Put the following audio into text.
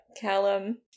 Callum